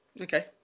okay